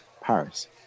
Paris